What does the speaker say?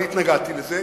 אני התנגדתי לזה,